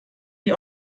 die